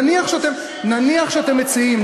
נניח שאתם מציעים,